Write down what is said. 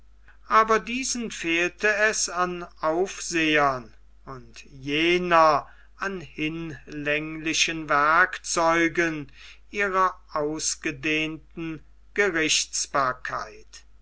aber diesen fehlte es an aufsehern und jener an hinlänglichen werkzeugen ihrer ausgedehnten gerichtsbarkeit